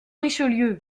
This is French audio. richelieu